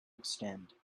extend